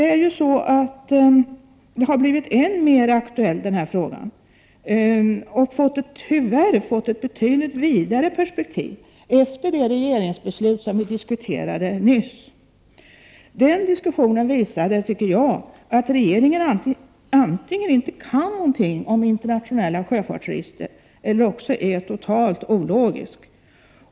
Frågan har blivit än mer aktuell och tyvärr fått ett betydligt vidare perspektiv efter det regeringsbeslut som vi nyss diskuterade. Den diskussionen visade, tycker jag, att regeringen antingen inte kan någonting om internationella sjöfartsregister eller också är totalt ologisk.